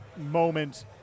moment